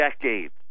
decades